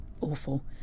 awful